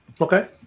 Okay